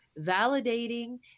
validating